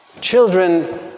Children